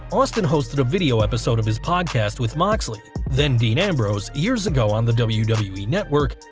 austin hosted a video episode of his podcast with moxley, then dean ambrose years ago on the wwe wwe network,